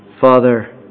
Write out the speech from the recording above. Father